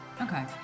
Okay